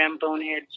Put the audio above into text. bonehead